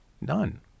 None